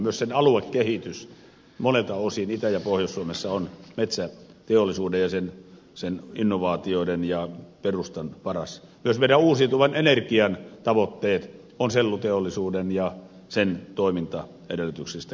myös sen aluekehitys monelta osin itä ja pohjois suomessa on metsäteollisuuden ja sen innovaatioiden ja perustan varassa jos meidän uusiutuvan energian tavoitteet ovat selluteollisuudesta ja sen toimintaedellytyksistä kiinni